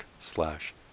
slash